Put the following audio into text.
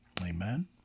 Amen